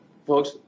Folks